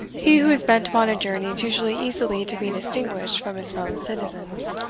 he who is bent upon a journey is usually easily to be distinguished from his fellow-citizens.